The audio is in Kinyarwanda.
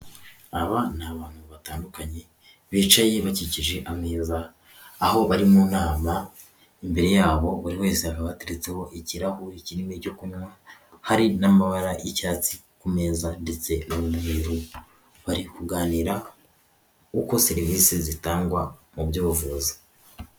Aba ni abantu batandukanye bicaye bakikije ameza, aho bari mu nama imbere yabo buri wese hakaba hateretseho ikirahure kinini cy'icyo kunywa, hari n'amabara y'icyatsi ku meza ndetse n'umweru. Bari kuganira uko serivisi zitangwa mu by'ubuvuzi.